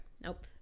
Nope